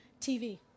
TV